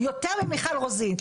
יותר ממיכל רוזין.